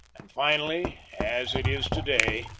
and finally, as it is to-day,